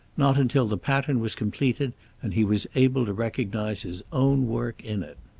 not until the pattern was completed and he was able to recognize his own work in it.